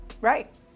Right